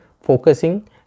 focusing